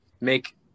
make